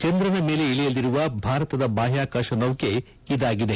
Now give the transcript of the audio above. ಚಂದ್ರನ ಮೇಲೆ ಇಳಿಯಲಿರುವ ಭಾರತದ ಬಾಹ್ಲಾಕಾಶ ನೌಕೆ ಇದಾಗಿದೆ